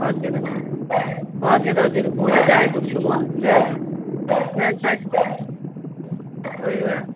हजुर हजुर हजुर भोलि चाहिँ आइपुग्छु म बिहान बिहान सायद ए